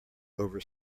over